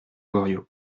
goriot